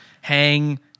Hang